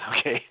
okay